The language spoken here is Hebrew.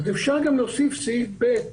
אז אפשר גם להוסיף סעיף ב',